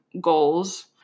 goals